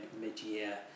mid-year